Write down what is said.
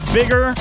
bigger